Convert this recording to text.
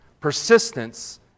persistence